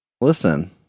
Listen